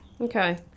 Okay